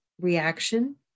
reaction